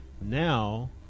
Now